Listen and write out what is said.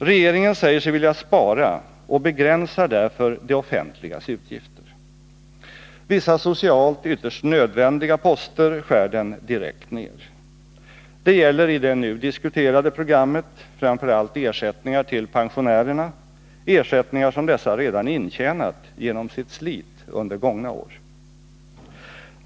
Regeringen säger sig vilja spara och begränsar därför det offentligas utgifter. Vissa socialt ytterst nödvändiga poster skär den direkt ned. Det gäller i det nu diskuterade programmet framför allt ersättningar till pensionärerna, ersättningar som dessa redan intjänat genom sitt slit under gångna år.